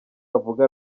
avuga